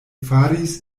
faris